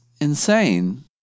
insane